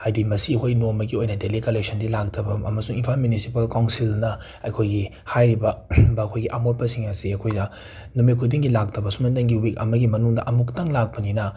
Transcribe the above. ꯍꯥꯏꯗꯤ ꯃꯁꯤ ꯑꯩꯈꯣꯏ ꯅꯣꯡꯃꯒꯤ ꯑꯣꯏꯅ ꯗꯦꯂꯤ ꯀꯜꯂꯦꯛꯁꯟꯗꯤ ꯂꯥꯛꯇꯕ ꯑꯝ ꯑꯃꯁꯨꯡ ꯏꯝꯄꯥꯜ ꯃ꯭ꯌꯨꯅꯤꯁꯤꯄꯥꯜ ꯀꯥꯎꯟꯁꯤꯜꯅ ꯑꯩꯈꯣꯏꯒꯤ ꯍꯥꯏꯔꯤꯕ ꯑꯩꯈꯣꯏꯒꯤ ꯑꯃꯣꯠꯄꯁꯤꯡ ꯑꯁꯦ ꯑꯩꯈꯣꯏꯅ ꯅꯨꯃꯤꯠ ꯈꯨꯗꯤꯡꯒꯤ ꯂꯥꯛꯇꯕ ꯁꯨꯞꯅꯇꯒꯤ ꯋꯤꯛ ꯑꯃꯒꯤ ꯃꯅꯨꯡꯗ ꯑꯃꯨꯛꯈꯛꯇꯪ ꯂꯥꯛꯄꯅꯤꯅ